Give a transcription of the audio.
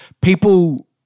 people